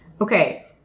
Okay